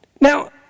Now